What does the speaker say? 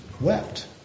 wept